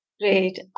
Great